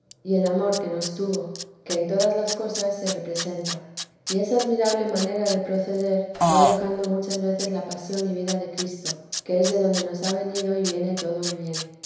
y el amor que nos tuvo que en todas las cosas se representa y es admirable manera de proceder no dejando muchas veces la pasión y vida de cristo que es de donde nos ha venido y viene todo el bien